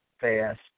fast